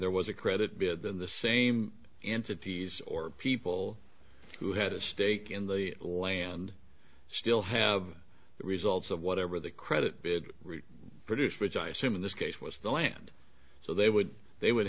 there was a credit to the same entities or people who had a stake in the land still have the results of whatever the credit produce which i assume in this case was the land so they would they would